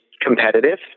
competitive